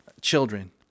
children